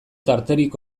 tarterik